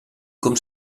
com